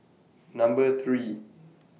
Number three